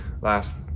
last